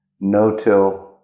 no-till